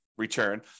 return